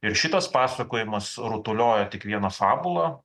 ir šitas pasakojimas rutuliojo tik vieną fabulą